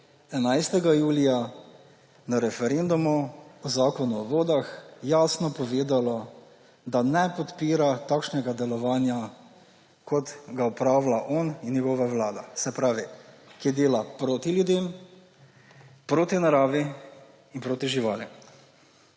11. julija na referendumu o Zakonu o vodah jasno povedalo, da ne podpira takšnega delovanja, kot ga opravlja on in njegova vlada. Se pravi, ki dela proti ljudem, proti naravi in proti živalim.